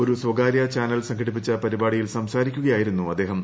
ഒരു സ്വകാര്യ ചാനൽ സംഘടിപ്പിച്ച പരിപാടിയ്ട്ടിൽ സംസാരിക്കുകയായിരുന്നു അദ്ദേഹം